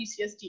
UCSD